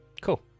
Cool